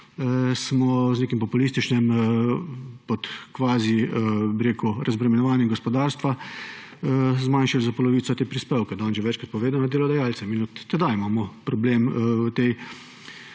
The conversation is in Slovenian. bi rekel, populističnim kvazi razbremenjevanjem gospodarstva zmanjšali za polovico te prispevke, danes že večkrat povedano, delodajalcem. In od tedaj imamo problem v tej